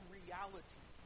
reality